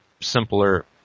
simpler